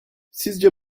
sizce